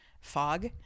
fog